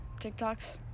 tiktoks